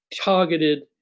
targeted